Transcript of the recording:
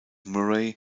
murray